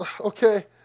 Okay